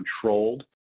controlled